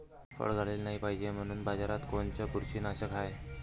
फळं गळाले नाही पायजे म्हनून बाजारात कोनचं बुरशीनाशक हाय?